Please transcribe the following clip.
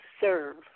serve